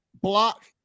block